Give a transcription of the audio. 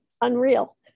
unreal